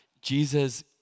Jesus